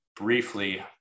briefly